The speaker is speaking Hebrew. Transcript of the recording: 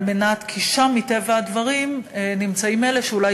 כי שם מטבע הדברים נמצאים אלה שאולי